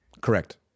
Correct